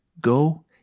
Go